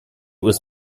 was